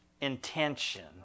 intention